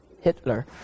Hitler